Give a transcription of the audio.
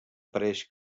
pareix